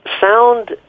Sound